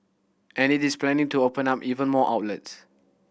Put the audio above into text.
and it is planning to open up even more outlets